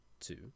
two